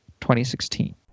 2016